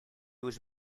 was